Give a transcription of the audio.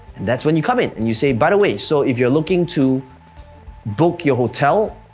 and that's when you come in and you say, by the way, so if you're looking to book your hotel,